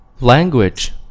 Language